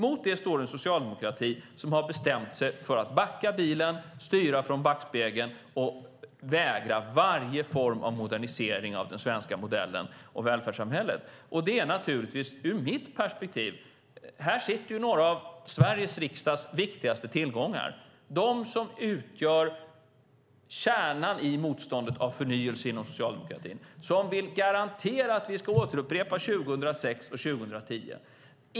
Mot det står en socialdemokrati som har bestämt sig för att backa bilen, styra genom att titta i backspegeln och vägra varje form av modernisering av den svenska modellen och välfärdssamhället. Här sitter några av Sveriges riksdags viktigaste tillgångar, de som utgör kärnan i motståndet mot förnyelse inom socialdemokratin och som vill garantera att vi ska återupprepa det som hände 2006 och 2010.